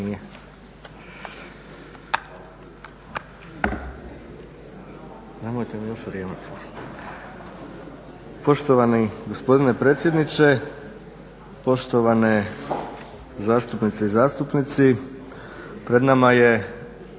Poštovani gospodine predsjedniče, poštovane zastupnice i zastupnici. Pred nama je